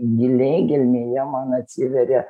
giliai gelmėje man atsiveria